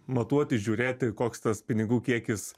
matuoti žiūrėti koks tas pinigų kiekis